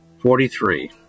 Forty-three